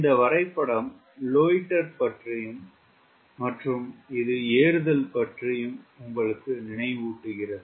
இந்த வரைபடம் லோய்ட்டர் பற்றியும் மற்றும் இது ஏறுதல் பற்றியும் உங்களுக்கு நினைவூட்டுகிறது